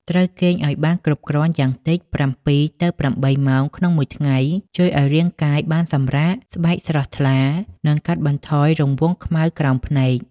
ត្រូវគេងឱ្យបានគ្រប់គ្រាន់យ៉ាងតិច ៧-៨ ម៉ោងក្នុងមួយថ្ងៃ ជួយឱ្យរាងកាយបានសម្រាក ស្បែកស្រស់ថ្លា និងកាត់បន្ថយរង្វង់ខ្មៅក្រោមភ្នែក ។